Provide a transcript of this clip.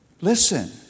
Listen